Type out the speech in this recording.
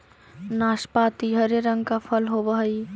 नाशपाती हरे रंग का फल होवअ हई